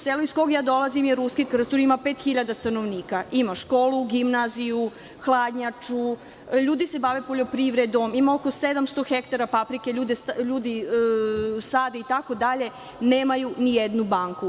Selo iz kog ja dolazim je Ruski Krstur, ima pet hiljada stanovnika, ima školu, gimnaziju, hladnjaču, ljudi se bave poljoprivredom, ima oko 700 hektara paprike, ljudi sade, itd, nemaju ni jednu banku.